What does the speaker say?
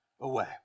away